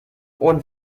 und